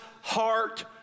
heart